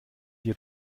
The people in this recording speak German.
hier